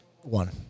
one